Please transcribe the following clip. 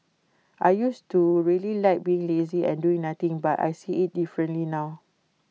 I used to really like being lazy and doing nothing but I see IT differently now